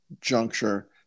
juncture